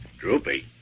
Droopy